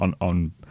on